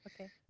Okay